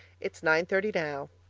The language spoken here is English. it's nine-thirty now.